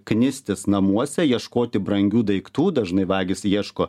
knistis namuose ieškoti brangių daiktų dažnai vagys ieško